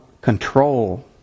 control